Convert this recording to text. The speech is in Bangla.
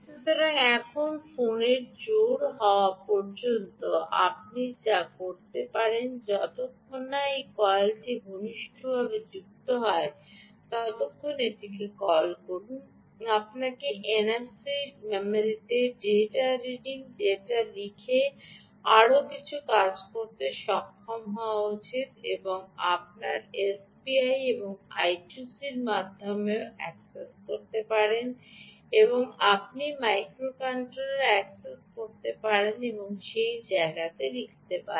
সুতরাং এখন ফোনের জোড় হওয়া পর্যন্ত আপনি যা করতে পারেন যতক্ষণ না এই কয়েলটি ঘনিষ্ঠভাবে যুক্ত হয় ততক্ষণ এটিকে কল করুন আপনাকে এনএফসি মেমরিতে ডেটা রিডিং ডেটা লিখে আরও কিছু কাজ করতে সক্ষম হওয়া উচিত এবং আপনি এসপিআই এবং আই 2 সি এর মাধ্যমেও অ্যাক্সেস করতে পারবেন আপনি মাইক্রোকন্ট্রোলার অ্যাক্সেস করতে পারেন এবং সেই জায়গাতে লিখতে পারেন